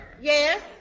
Yes